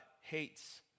hates